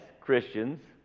Christians